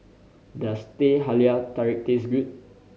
does Teh Halia Tarik taste good